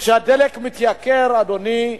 כשהדלק מתייקר, אדוני,